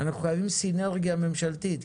אנחנו חייבים סינרגיה ממשלתית.